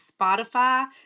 Spotify